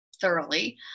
thoroughly